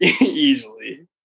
easily